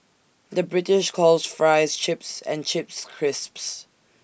the British calls Fries Chips and Chips Crisps